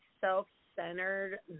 self-centered